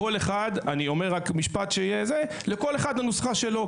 אני רק אגיד שלכל אחד הנוסחה שלו,